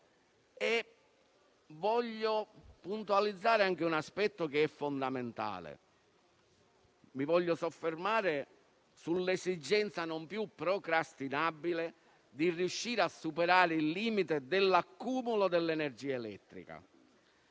Voglio puntualizzare anche un aspetto fondamentale: mi voglio soffermare sull'esigenza, non più procrastinabile, di riuscire a superare il limite dell'accumulo dell'energia elettrica.